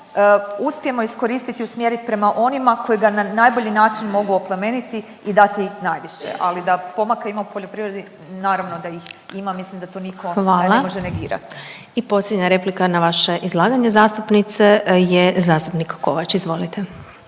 uspijemo iskoristiti i usmjeriti prema onima koji ga na najbolji način mogu oplemeniti i dati najviše, ali da pomaka ima u poljoprivredi, naravno da ih ima, mislim da to nitko ne može negirati. **Glasovac, Sabina (SDP)** Hvala. I posljednja replika na vaše izlaganje, zastupnice, je zastupnik Kovač, izvolite.